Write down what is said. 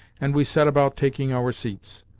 and we set about taking our seats.